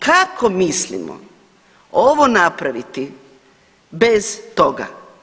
Kako mislimo ovo napraviti bez toga?